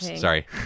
Sorry